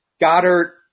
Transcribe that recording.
Goddard